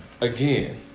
again